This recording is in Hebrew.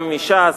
גם מש"ס,